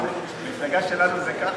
אבל במפלגה שלנו זה ככה.